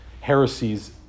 heresies